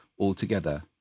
altogether